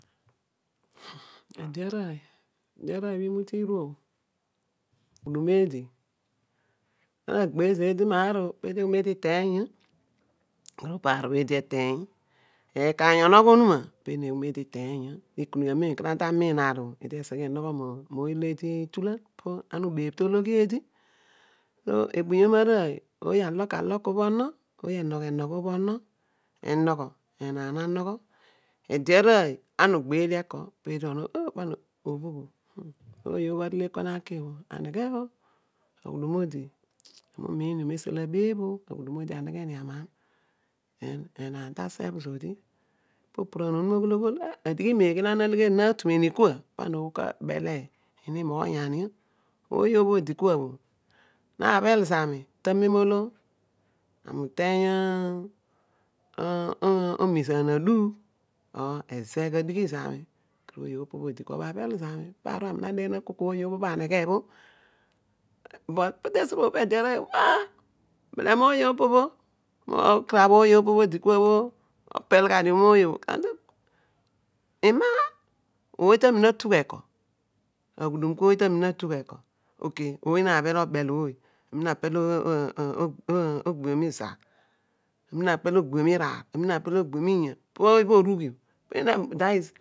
Ede arooy bho imute iru bho imule iru bho amem eedi ana agbe zeedi maor oh, reedi oghol eedi iuony io jeedi pear bho eedi edeeny ekacny onogho onuma peedi oghol eedi ieeeny io ikun ghi anen kedio mma tamiin oedi neseghe maar enogho mooy oly eedi etulen no ana ubeebh to loghi amem oodi kedio ebuyom arooy ooy aluk aluk ohh ono ooy enagho emgho onho ono, enogho enoor nengho ede arooy ana ogbeer io eko peedi aah, obho ho, ooy bho arele teepa naki bho aneghe oh, o chi la aghudum odi amia umiin meesi ola abeebno, aghudum anaghani aman, dan ana sebh zodi, popuran onuma oghol adighi maeghe obhe anc ulegheri pana oghol na tumeni kua- ekha bele rena moghunyan io, ouy bhobho iddi kua bao nabhel zami ta amem ami olo ama uteeny omuzaan aḍugh or azigh adighi zamı, kedia abhiel zami, paar obho ami ana na kol ooy bhe bho amaghe bho but te ese opo peedi arooy oghol oh ooy po bele mope bho ola arabh ooy pobho bho opel gha obio mooy obho, on imaar ooy ramina mgh eko aghudum kooy tamins atugh eko ok, ooy na bheo obal, ape i ogbiom izal, apel ogbiom iraar po bho arugh bele ami that is.